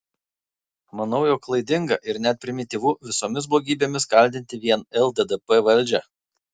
manau jog klaidinga ir net primityvu visomis blogybėmis kaltinti vien lddp valdžią